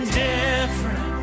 different